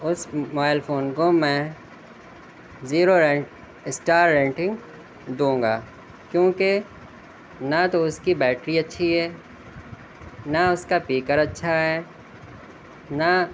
اس mobile phone کو میں zero rate star rating دوں گا کیوں کہ نہ تو اس کی بیٹری اچھی ہے نہ اس کا پیکر اچھا ہے نہ